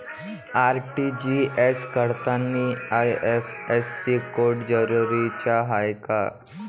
RTGS करतांनी IFSC code जरुरीचा हाय का?